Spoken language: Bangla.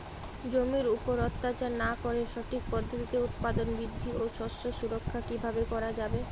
জমির উপর অত্যাচার না করে সঠিক পদ্ধতিতে উৎপাদন বৃদ্ধি ও শস্য সুরক্ষা কীভাবে করা যাবে?